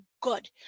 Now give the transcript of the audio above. good